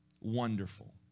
wonderful